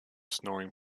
snoring